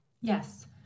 Yes